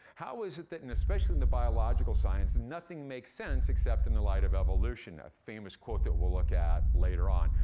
how is it that, especially in the biological science, nothing makes sense except in the light of evolution? that famous quote that we'll look at later on.